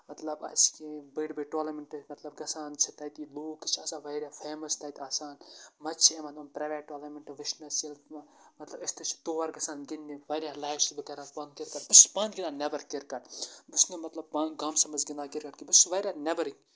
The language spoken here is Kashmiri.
مطلب اَسہِ کینٛہہ بٔڑۍ بٔڑۍ ٹورنمینٹ مطلب گژھان چھِ تَتہِ لُکھ چھِ آسان واریاہ فیمَس تَتہِ آسان مَزٕ چھِ یِوان یِم پریویٹ ٹورنمینٹ وٕچھنَس ییٚلہِ مطلب أسۍ تہِ چھِ تور گژھان گِنٛدنہِ واریاہ لایک چھُس بہٕ کران کِرکَٹ بہٕ چھُ پانہٕ گِند نٮبر کِرکٹ بہٕ چھُس نہٕ مطلب گامَس منٛز گندان کِرکَٹ کینہہ بہٕ چھُس واریاہ نٮ۪برٕے